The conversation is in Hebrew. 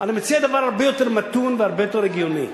אני מציע דבר הרבה יותר מתון והרבה יותר הגיוני: